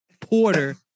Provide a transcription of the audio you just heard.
Porter